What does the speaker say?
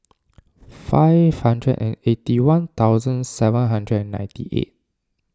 five hundred and eighty one thousand seven hundred and ninety eight